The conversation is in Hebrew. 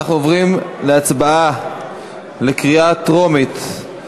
אנחנו עוברים להצבעה בקריאה טרומית.